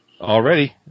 Already